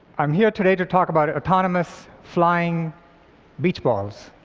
i'm here today to talk about autonomous flying beach balls.